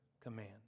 command